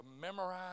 memorize